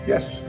Yes